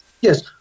Yes